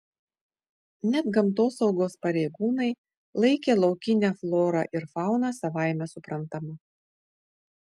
net gamtosaugos pareigūnai laikė laukinę florą ir fauną savaime suprantama